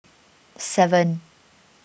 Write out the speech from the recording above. seven